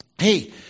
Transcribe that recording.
hey